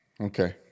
Okay